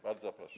Bardzo proszę.